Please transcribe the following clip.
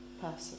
person